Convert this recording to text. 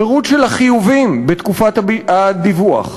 פירוט של החיובים בתקופת הדיווח,